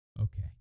Okay